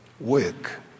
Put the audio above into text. work